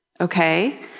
okay